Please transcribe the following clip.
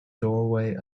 doorway